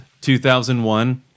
2001